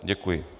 Děkuji.